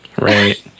right